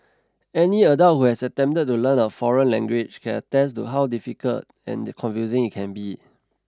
any adult who has attempted to learn a foreign language can attest to how difficult and confusing it can be